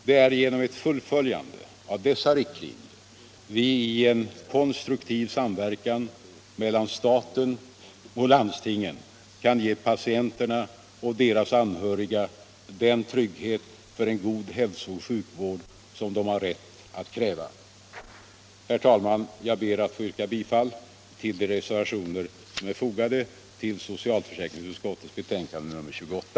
Det är genom ett fullföljande av dessa riktlinjer vi i en konstruktiv samverkan mellan staten och landstingen kan ge patienterna och deras anhöriga den trygghet för en god hälsooch sjukvård som de har rätt att kräva. Herr talman! Jag ber att få yrka bifall till reservationerna 1 och 2 vid socialförsäkringsutskottets betänkande nr 28.